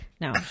No